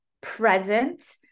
present